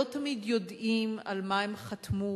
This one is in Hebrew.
והם לא תמיד יודעים על מה הם חתמו,